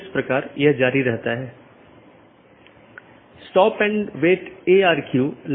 यदि स्रोत या गंतव्य में रहता है तो उस विशेष BGP सत्र के लिए ट्रैफ़िक को हम एक स्थानीय ट्रैफ़िक कहते हैं